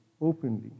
openly